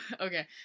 Okay